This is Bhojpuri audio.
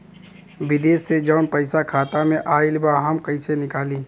विदेश से जवन पैसा खाता में आईल बा हम कईसे निकाली?